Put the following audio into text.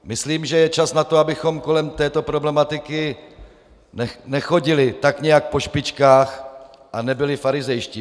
Myslím, že je čas na to, abychom kolem této problematiky nechodili tak nějak po špičkách a nebyli farizejští.